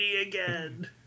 again